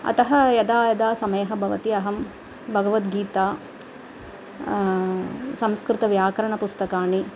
अतः यदा यदा समयः भवति अहं भगवद्गीता संस्कृतव्याकरणपुस्तकाणि